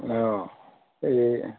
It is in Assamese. অঁ এই